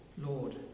Lord